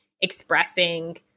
expressing